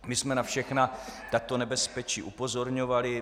My jsme na všechna tato nebezpečí upozorňovali.